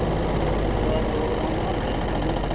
हां कोई कुक्कड़ै दा प्रोग्राम बनांदे न कन्नै